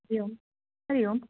हरिः ओम् हरिः ओम्